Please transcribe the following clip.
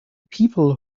people